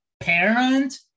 Parent